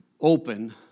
open